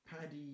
Paddy